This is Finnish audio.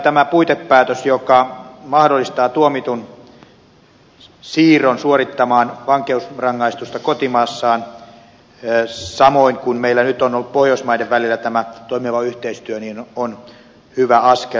tämä puitepäätös joka mahdollistaa tuomitun siirron suorittamaan vankeusrangaistusta kotimaassaan samoin kuin meillä nyt on ollut pohjoismaiden välillä tämä toimiva yhteistyö on hyvä askel